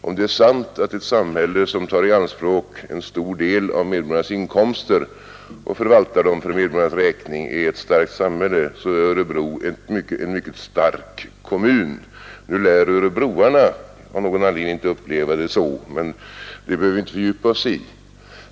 Om det är sant att ett samhälle som tar i anspråk en stor del av medborgarnas inkomster och förvaltar dem för medborgarnas räkning är ett starkt samhälle, så är Örebro en mycket stark kommun. Nu lär örebroarna av någon anledning inte uppleva det så, men det behöver vi inte fördjupa oss i.